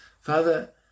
Father